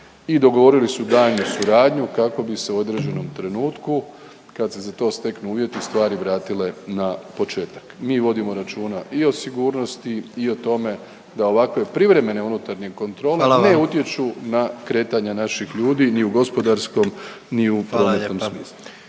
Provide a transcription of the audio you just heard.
i dogovorili su daljnju suradnju kako bi se u određenom trenutku kad se za to steknu uvjeti, stvari vratile na početak. Mi vodimo računa i o sigurnosti i o tome da ovakve privremene unutarnje kontrole … .../Upadica: Hvala vam./... ne utječu na kretanja naših ljudi ni u gospodarskom ni u … .../Upadica: